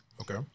Okay